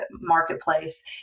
marketplace